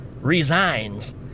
resigns